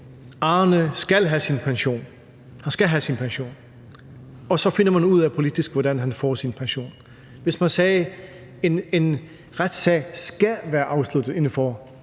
han skal have sin pension – og så finder man ud af politisk, hvordan han får sin pension. Hvis man sagde, at en retssag skal være afsluttet inden for,